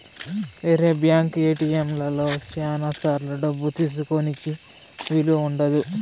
వేరే బ్యాంక్ ఏటిఎంలలో శ్యానా సార్లు డబ్బు తీసుకోనీకి వీలు ఉండదు